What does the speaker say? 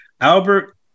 Albert